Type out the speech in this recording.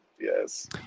Yes